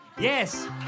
Yes